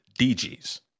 DGs